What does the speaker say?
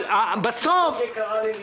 אבל זאת יקרה ללבי.